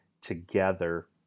together